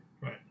Right